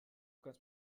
kannst